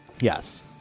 Yes